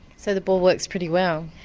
so the ball works pretty well?